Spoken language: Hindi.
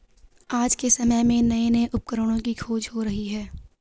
आज के समय में नये नये उपकरणों की खोज हो रही है